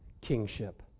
kingship